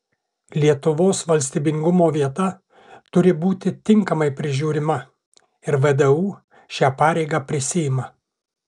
lietuvos valstybingumo vieta turi būti tinkamai prižiūrima ir vdu šią pareigą prisiima